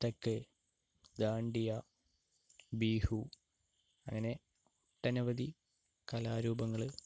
കഥക് ദാണ്ടിയ ബീഹു അങ്ങനെ ഒട്ടനവധി കലാരൂപങ്ങള്